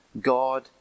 God